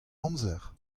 amzer